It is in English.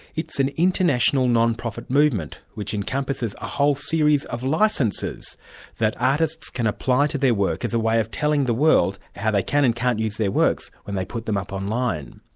it's an international non-profit movement, which encompasses a whole series of licences that artists can apply to their work as a way of telling the world how they can and can't use their works when they put them up online.